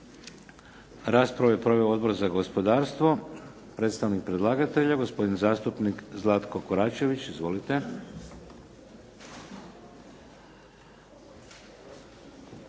Raspravu je proveo Odbor za gospodarstvo. Predstavnik predlagatelja, gospodin zastupnik Zlatko Koračević. Izvolite.